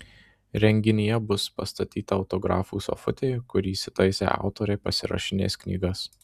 renginyje bus pastatyta autografų sofutė kur įsitaisę autoriai pasirašinės knygas